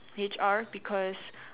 H_R because